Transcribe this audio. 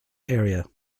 area